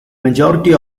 majority